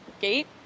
Gate